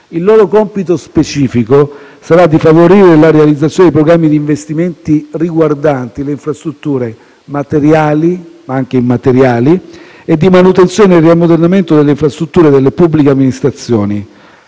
Il loro compito specifico sarà di favorire la realizzazione di programmi di investimenti riguardanti le infrastrutture materiali e immateriali, di manutenzione e riammodernamento delle infrastrutture delle pubbliche amministrazioni.